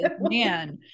Man